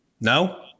No